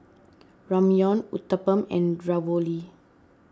Ramyeon Uthapam and Ravioli